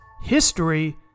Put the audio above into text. History